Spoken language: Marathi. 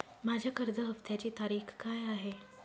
माझ्या कर्ज हफ्त्याची तारीख काय आहे?